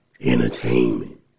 entertainment